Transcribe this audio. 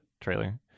trailer